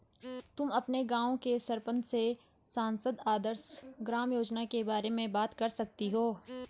तुम अपने गाँव के सरपंच से सांसद आदर्श ग्राम योजना के बारे में बात कर सकती हो